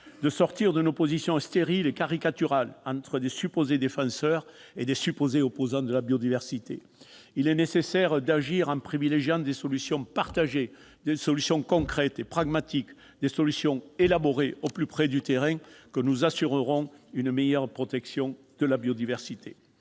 de sortir d'une opposition stérile et caricaturale entre de supposés défenseurs et de supposés opposants de la biodiversité. Il est nécessaire d'agir en privilégiant des solutions partagées, concrètes et pragmatiques, élaborées au plus près du terrain. C'est ainsi que nous assurerons une meilleure protection de la biodiversité.